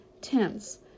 tense